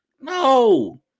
No